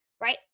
right